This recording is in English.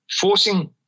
forcing